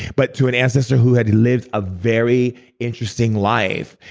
but to an ancestor who had lived a very interesting life,